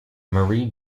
marie